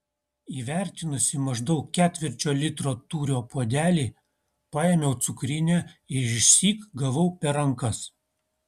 įvertinusi maždaug ketvirčio litro tūrio puodelį paėmiau cukrinę ir išsyk gavau per rankas